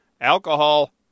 alcohol